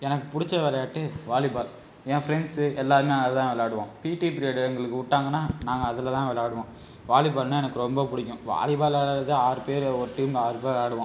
எனக்கு பிடிச்ச விளையாட்டு வாலிபால் என் ஃப்ரெண்ட்ஸ் எல்லாருமே அதுதான் விளாடுவோம் பிடி ப்ரியடு எங்களுக்கு விட்டாங்கனா நாங்கள் அதில் தான் விளாடுவோம் வாலிபால்னா எனக்கு ரொம்ப பிடிக்கும் வாலிபால் விளாடுறது ஆறு பேர் ஒரு டீம் ஆறு பேர் விளாடுவோம்